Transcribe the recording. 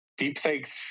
deepfakes